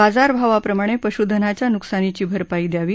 बाजार भावाप्रमाणे पशुधनाच्या नुकसानीची भरपाई द्यावी